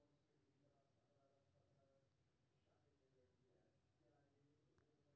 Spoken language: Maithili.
तंबाकू मानव स्वास्थ्य लेल बहुत खतरनाक होइ छै